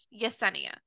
Yesenia